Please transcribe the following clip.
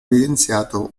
evidenziato